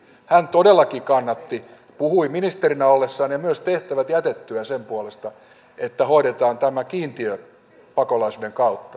hän todellakin kannatti puhui ministerinä ollessaan ja myös tehtävät jätettyään sen puolesta että hoidetaan tämä kiintiöpakolaisuuden kautta